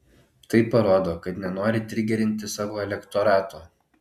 tai parodo kad nenori trigerinti savo elektorato